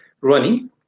running